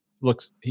looks